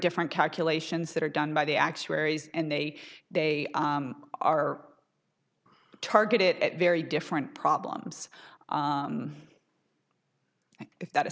different calculations that are done by the actuaries and they they are targeted at very different problems if that